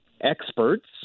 experts